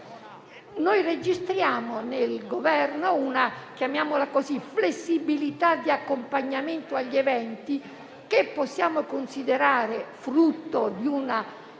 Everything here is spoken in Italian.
Noi registriamo nel Governo una - chiamiamola così - flessibilità di accompagnamento agli eventi che possiamo considerare frutto di